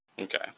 Okay